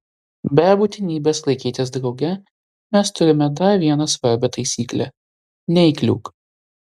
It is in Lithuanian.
be būtinybės laikytis drauge mes turime dar vieną svarbią taisyklę neįkliūk